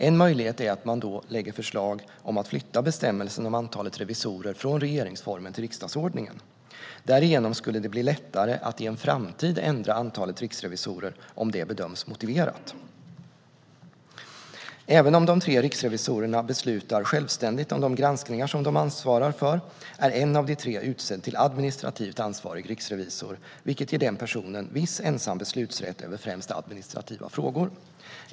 En möjlighet är att man då lägger fram förslag om att flytta bestämmelsen om antalet revisorer från regeringsformen till riksdagsordningen. Därigenom skulle det bli lättare att i en framtid ändra antalet riksrevisorer om det bedöms motiverat. Även om de tre riksrevisorerna beslutar självständigt om de granskningar som de ansvarar för är en av de tre utsedd till administrativt ansvarig riksrevisor, vilket ger den personen viss ensam beslutsrätt över främst administrativa frågor.